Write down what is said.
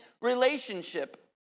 relationship